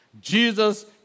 Jesus